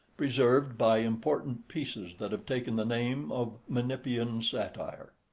preserved by important pieces that have taken the name of menippean satire.